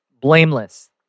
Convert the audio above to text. blameless